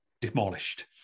demolished